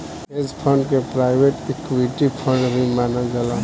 hedge fund के private equity fund भी मानल जाला